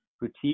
boutique